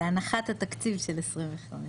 זה הנחת התקציב של 2025,